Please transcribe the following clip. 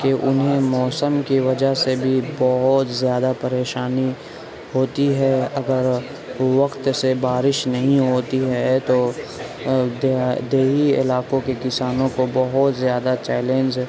کہ انہیں موسم کی وجہ سے بھی بہت زیادہ پریشانی ہوتی ہے اگر وقت سے بارش نہیں ہوتی ہے تو دیہا دیہی علاقوں کے کسانوں کو بہت زیادہ چیلنج